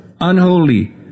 unholy